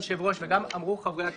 היושב-ראש, וגם אמרו חברי הכנסת,